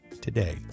today